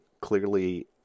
clearly